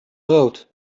brood